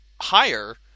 higher